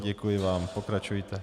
Děkuji vám, pokračujte.